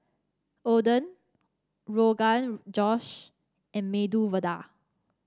Oden Rogan Josh and Medu Vada